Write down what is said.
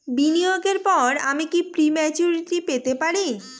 বিনিয়োগের পর আমি কি প্রিম্যচুরিটি পেতে পারি?